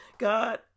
God